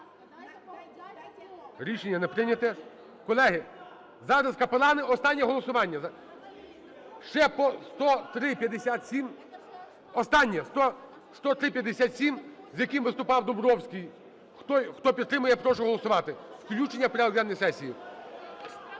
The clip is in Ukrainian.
Рішення не прийнято. Колеги, зараз капелани, останнє голосування. Ще по 10357… Останнє – 10357, з яким виступав Домбровський. Хто підтримує, я прошу голосувати включення в порядок денний сесії.